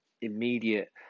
immediate